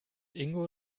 ingo